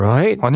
Right